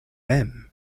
mem